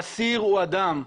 אסיר הוא אדם -- נכון.